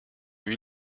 lui